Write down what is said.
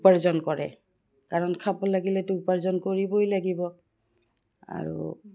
উপাৰ্জন কৰে কাৰণ খাব লাগিলেতো উপাৰ্জন কৰিবই লাগিব আৰু